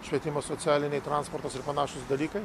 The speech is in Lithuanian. švietimas socialiniai transportas ir panašūs dalykai